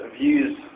views